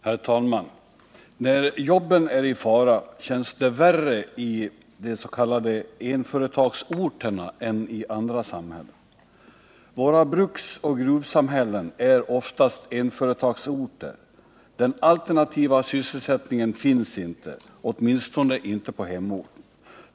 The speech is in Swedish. Herr talman! När jobben är i fara känns det värre i des.k. enföretagsorterna än i andra samhällen. Våra bruksoch gruvsamhällen är oftast enföretagsorter; den alternativa sysselsättningen finns inte, åtminstone inte på hemorten.